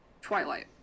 twilight